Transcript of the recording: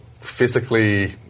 physically